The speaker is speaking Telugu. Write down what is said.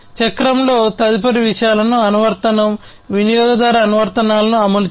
చక్రంలో తదుపరి విషయం అనువర్తనం వినియోగదారు అనువర్తనాలను అమలు చేయడం